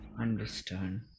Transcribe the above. Understand